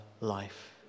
life